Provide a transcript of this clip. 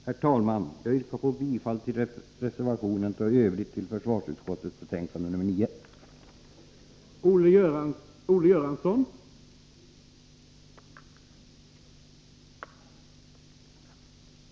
Herr talman! Jag yrkar bifall till reservationen och i övrigt till försvarsutskottets hemställan i betänkandet nr 9.